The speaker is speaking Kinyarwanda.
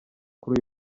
kuri